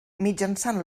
mitjançant